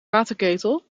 waterketel